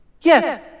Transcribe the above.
Yes